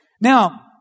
Now